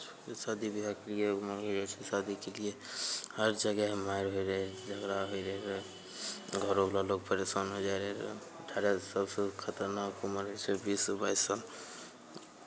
शादी ब्याह कियै वहाँ शादी छिकै हर जगह मारि होइत रहय झगड़ा होइत रहय घरोवला लोक परेशान होय जाइत रहय अठारह सभसँ खतरनाक उमर होइ छै बीससँ बाइस साल